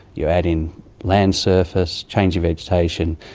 you add in land surface, change of vegetation,